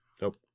Nope